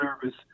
service